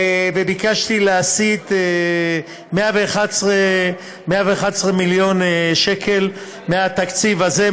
להסיט 111 מיליון שקל מהתקציב הזה,